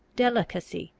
delicacy,